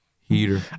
Heater